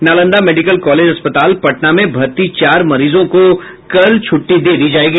Nalanda medical college अस्पताल पटना में भर्ती चार मरीजों को कल छुट्टी दी जाजेगी